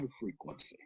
frequency